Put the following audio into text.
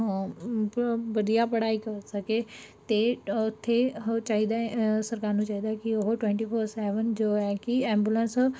ਵਧੀਆ ਪੜ੍ਹਾਈ ਕਰ ਸਕੇ ਅਤੇ ਉੱਥੇ ਹ ਚਾਹੀਦਾ ਸਰਕਾਰ ਨੂੰ ਚਾਹੀਦਾ ਕਿ ਉਹ ਟਵੈਂਟੀ ਫ਼ੋਰ ਸੈਵੇਨ ਜੋ ਹੈ ਕਿ ਐਬੂਲੈਂਸ